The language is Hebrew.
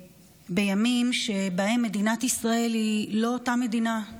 בימים שבהם מדינת ישראל היא לא אותה מדינה.